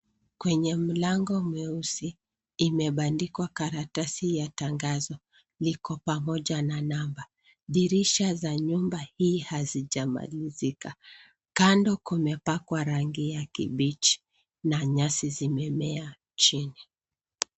Kwenye mlango mweusi imebandikwa karatasi ya tangazo, liko pamoja na namba. Dirisha za nyumba hii hazijamalizika. Kando kumepakwa rangi ya kibichi, na nyasi zimemea chini.